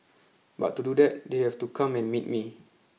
but to do that they have to come and meet me